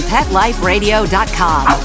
PetLifeRadio.com